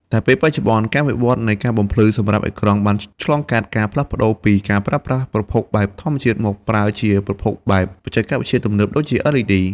តែពេលបច្ចុប្បន្នការិវត្តន៍នៃការបំភ្លឺសម្រាប់អេក្រង់បានឆ្លងកាត់ការផ្លាស់ប្តូរពីការប្រើប្រាស់ប្រភពបែបធម្មជាតិមកប្រើជាប្រភពបែបច្ចេកវិទ្យាទំនើបដូចជា LED។